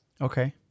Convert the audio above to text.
Okay